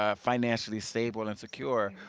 ah financially stable and secure.